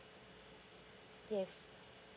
yes